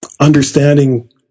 understanding